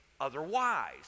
Otherwise